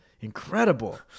Incredible